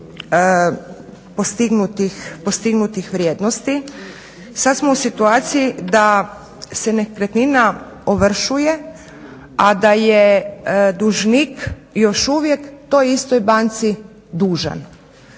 postignutih vrijednosti sad smo u situaciji da se nekretnina ovršuje, a da je dužnik još uvijek toj istoj banci dužan.